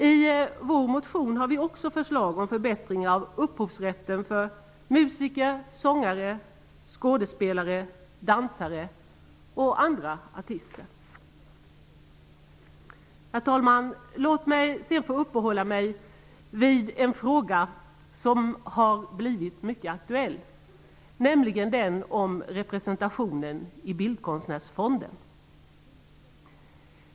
I vår motion finns det också förslag om förbättringar av upphovsrätten för musiker, sångare, skådespelare, dansare och andra artister. Herr talman! Låt mig få uppehålla mig vid en fråga som har blivit mycket aktuell, nämligen den om representationen i Bildkonstnärsfonden.